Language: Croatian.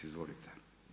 Izvolite.